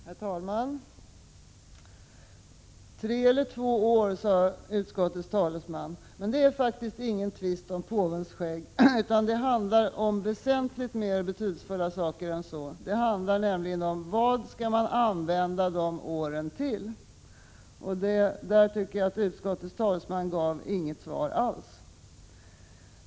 Herr talman! Tre eller två år, sade utskottets talesman, är en tvist om påvens skägg. Nej, det är faktiskt ingen tvist om påvens skägg, utan det handlar om väsentligt mer betydelsefulla saker än så. Vad det handlar om är nämligen vad man skall använda dessa år till. På den punkten gav utskottets talesman inget svar alls, tycker jag.